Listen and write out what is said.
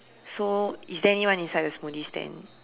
so is there anyone inside the smoothie stand